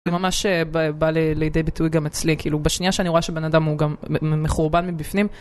זה ממש בא לידי ביטוי גם אצלי, בשנייה שאני רואה שבן אדם הוא גם מחורבן מבפנים.